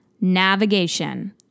navigation